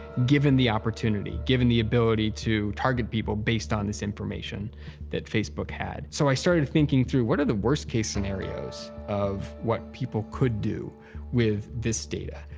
given the opportunity, given the ability to target people based on this information that facebook had. so i started thinking through what are the worst-case scenarios of what people could do with this data?